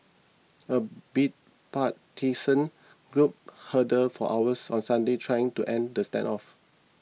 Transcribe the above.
a bipartisan group huddled for hours on Sunday trying to end the standoff